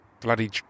bloody